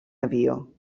avió